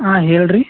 ಹಾಂ ಹೇಳ್ರಿ